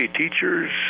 Teachers